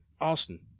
Austin